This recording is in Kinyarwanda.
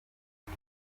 aho